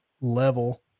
level